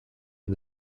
and